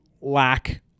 lack